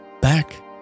Back